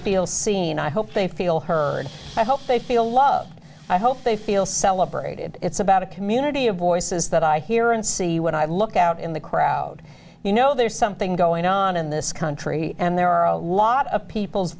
feel seen i hope they feel heard i hope they feel love i hope they feel celebrated it's about a community of voices that i hear and see when i look out in the crowd you know there's something going on in this country and there are a lot of people's